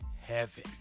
heaven